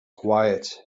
quiet